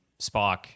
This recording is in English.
Spock